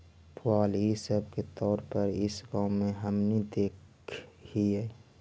पुआल इ सब के तौर पर इस गाँव में हमनि देखऽ हिअइ